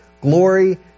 glory